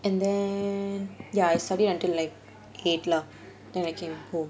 and then ya I study until like eight lah then I came home